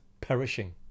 perishing